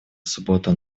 субботу